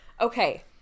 okay